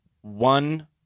one